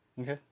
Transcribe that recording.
Okay